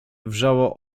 wrzało